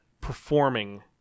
performing